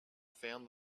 found